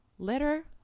Letter